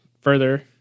Further